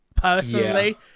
personally